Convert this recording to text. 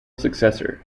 successor